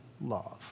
love